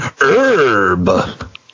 Herb